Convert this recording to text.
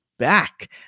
Back